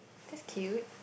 that's cute